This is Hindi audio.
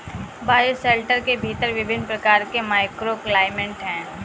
बायोशेल्टर के भीतर विभिन्न प्रकार के माइक्रोक्लाइमेट हैं